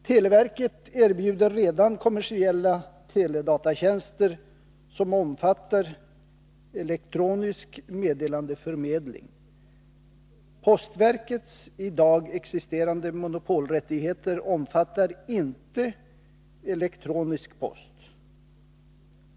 Televerket erbjuder redan kommersiella teledatatjänster som omfattar elektronisk meddelandeförmedling. Postverkets i dag existerande monopolrättigheter omfattar inte elektronisk post.